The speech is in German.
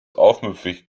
aufmüpfig